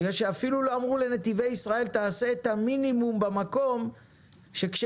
בגלל שאפילו לא אמרו לנתיבי ישראל תעשה את המינימום במקום שכשאם